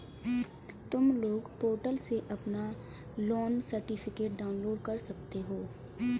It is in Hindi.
तुम लोन पोर्टल से अपना लोन सर्टिफिकेट डाउनलोड कर सकते हो